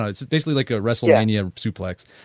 it's basically like a wrestlemania suplex,